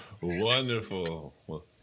Wonderful